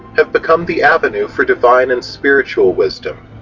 have become the avenue for divine and spiritual wisdom.